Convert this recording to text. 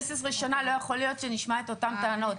15 שנה לא יכול להיות שנשמע את אותן טענות.